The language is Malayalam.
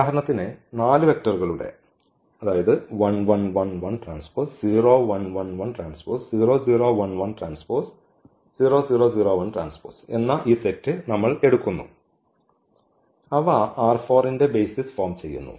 ഉദാഹരണത്തിന് 4 വെക്റ്ററുകളുടെ എന്ന ഈ സെറ്റ് നമ്മൾ എടുക്കുന്നു അവ ന്റെ ബെയ്സിസ് ഫോം ചെയ്യുന്നു